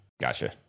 gotcha